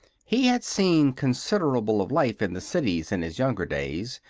he had seen considerable of life in the cities in his younger days,